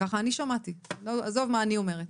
ככה אני שמעתי, ועזוב מה אני אומרת.